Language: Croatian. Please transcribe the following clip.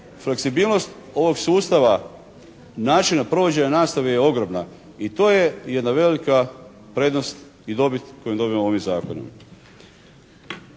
fleksibilnost ovog sustava načina provođenja nastave je ogromna i to je jedna velika prednost i dobit koju dobivamo ovim Zakonom.